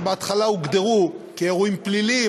שבהתחלה הוגדרו אירועים פליליים,